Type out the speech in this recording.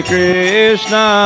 Krishna